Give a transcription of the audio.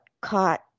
caught